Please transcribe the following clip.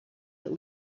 that